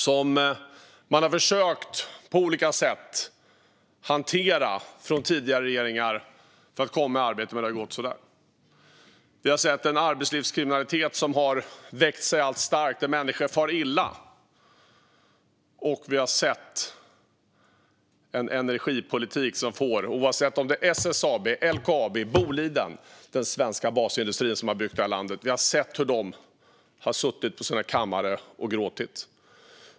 Tidigare regeringar har på olika sätt försökt hantera detta så att dessa människor ska komma i arbete, men det har gått så där. Vi har sett en arbetslivskriminalitet som har vuxit sig allt starkare och där människor far illa. Vi har sett en energipolitik som har fått den svenska basindustri som har byggt det här landet - oavsett om det är SSAB, LKAB eller Boliden - att sitta på sin kammare och gråta.